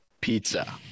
pizza